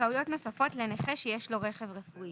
9כחזכאויות נוספות לנכה שיש לו רכב רפואי